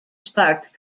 sparked